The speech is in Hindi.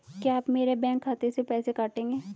क्या आप मेरे बैंक खाते से पैसे काटेंगे?